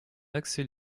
accès